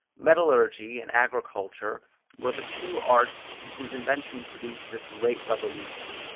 metallurgy and agriculture were the two arts whose invention produced this great revolution.